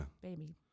baby